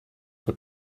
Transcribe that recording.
what